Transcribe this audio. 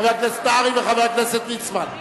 חבר הכנסת נהרי וחבר הכנסת ליצמן.